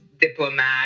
diplomat